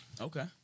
Okay